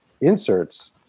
inserts